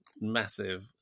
massive